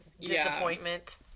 disappointment